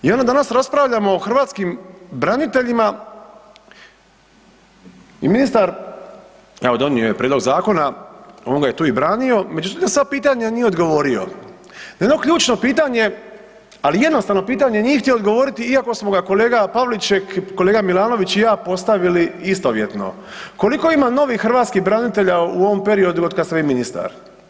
I onda danas raspravljamo o hrvatskim braniteljima i ministar evo donio je prijedlog zakona, on ga je tu i branio, međutim na sva pitanja nije odgovorio, na jedno ključno pitanje, ali jednostavno pitanje nije htio odgovoriti, iako smo ga kolega Pavliček, kolega Milanović i ja postavili istovjetno, koliko ima novih hrvatskih branitelja u ovom periodu od kada ste vi ministar?